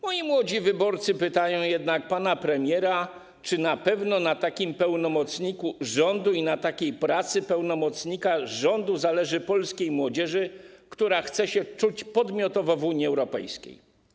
Moi młodzi wyborcy pytają jednak pana premiera, czy na pewno na takim pełnomocniku rządu i na takiej pracy pełnomocnika rządu zależy polskiej młodzieży, która chce się czuć podmiotowo w Unii Europejskiej.